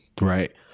right